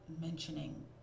mentioning